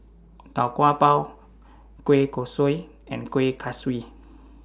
Tau Kwa Pau Kueh Kosui and Kueh Kaswi